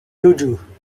tujuh